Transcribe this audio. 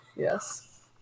Yes